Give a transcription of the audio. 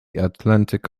atlantic